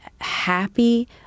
happy